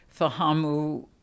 Fahamu